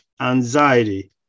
anxiety